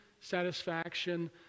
satisfaction